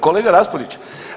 Kolega Raspudić.